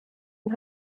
und